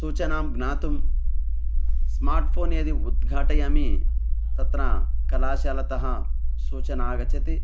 सूचनां ज्ञातुं स्मार्ट्फ़ोन् यदि उद्घाटयामि तत्र कलाशालातः सूचना आगच्छति